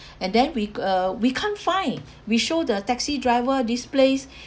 and then we uh we can't find we show the taxi driver this place